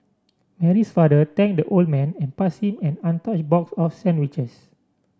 Mary's father thanked the old man and passed him an untouched box of sandwiches